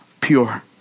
pure